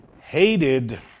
hated